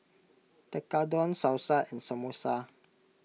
Tekkadon Salsa and Samosa